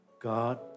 God